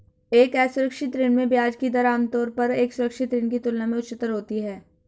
एक असुरक्षित ऋण में ब्याज की दर आमतौर पर एक सुरक्षित ऋण की तुलना में उच्चतर होती है?